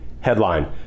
headline